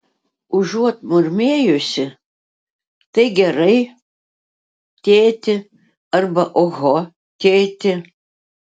užuot murmėjusi tai gerai tėti arba oho tėti